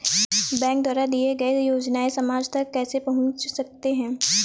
Bank द्वारा दिए गए योजनाएँ समाज तक कैसे पहुँच सकते हैं?